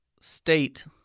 state